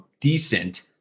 decent